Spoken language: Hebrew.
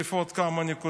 להוסיף פה עוד כמה נקודות.